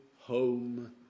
home